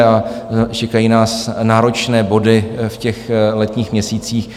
A čekají nás náročné body v těch letních měsících.